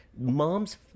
mom's